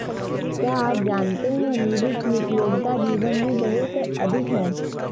क्या आप जानते है नीबू की उपयोगिता जीवन में बहुत अधिक है